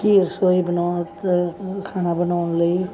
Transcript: ਕੀ ਰਸੌਈ ਬਣਾਉਣ ਤ ਖਾਣਾ ਬਣਾਉਣ ਲਈ